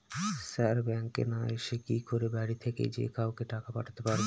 Sir ব্যাঙ্কে না এসে কি করে বাড়ি থেকেই যে কাউকে টাকা পাঠাতে পারবো?